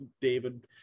David